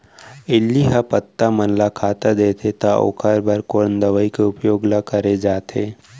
इल्ली ह पत्ता मन ला खाता देथे त ओखर बर कोन दवई के उपयोग ल करे जाथे?